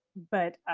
but,